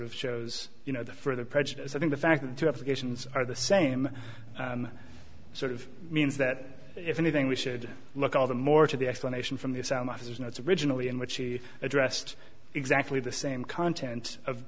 of shows you know the further prejudice i think the fact that are the same sort of means that if anything we should look at them more to the explanation from the sound of his notes originally in which he addressed exactly the same content of